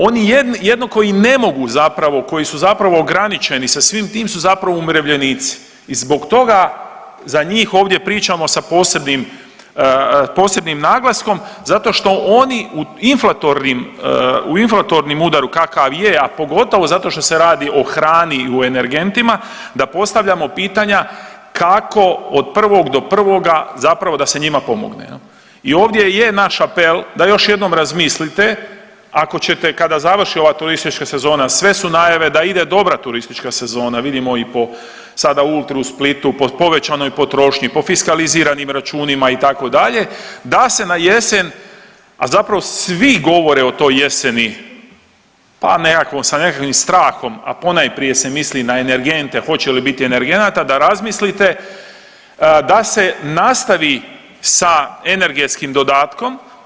Oni jedno koji ne mogu zapravo, koji su zapravo ograničeni sa svim tim su zapravo umirovljenici i zbog toga za njih ovdje pričamo sa posebnim naglaskom zato što oni u inflatornim udaru, kakav je, a pogotovo zato što se radi o hrani i u energentima, da postavljamo pitanja kako od 1. do 1. zapravo da se njima pomogne i ovdje je naš apel da još jednom razmislite, ako ćete, kada završi ova turistička sezona, sve su najave da ide dobra turistička sezona, vidimo i po sada Ultri u Splitu, povećanoj potrošnji, po fiskaliziranim računima, itd., da se na jesen, a zapravo svi govore o toj jeseni, pa nekako, sa nekakvim strahom, a ponajprije se misli na energente, hoće li biti energenata, da razmislite, da se nastavi sa energetskim dodatkom.